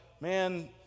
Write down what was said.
man